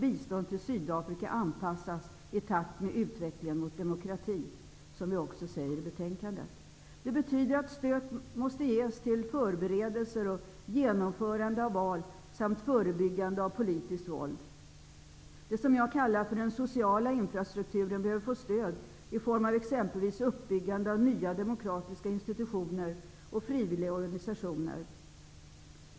Biståndet till Sydafrika måste anpassas i takt med utvecklingen mot demokrati. Det säger vi också i betänkandet. Det betyder att stöd måste ges till förberedelser och genomförande av val samt till förebyggande av politiskt våld. Det som jag kallar för den sociala infrastrukturen behöver få stöd i form av exempelvis uppbyggande av nya demokratiska institutioner och frivilliga organisationer.